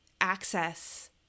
access